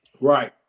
Right